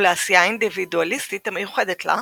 ולעשייה האינדיבידואליסטית המיוחדת לה.